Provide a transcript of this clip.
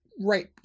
right